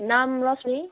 नाम रोशनी